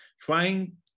trying